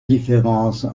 différence